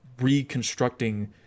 reconstructing